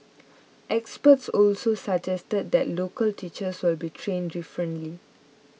experts also suggested that local teachers will be trained differently